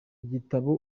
igitabo